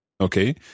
Okay